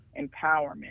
empowerment